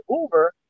Uber